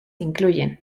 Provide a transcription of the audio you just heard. incluyen